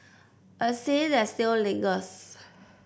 a scent that still lingers